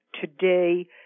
today